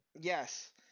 yes